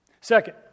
Second